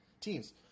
teams